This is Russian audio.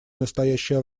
настоящее